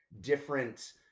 different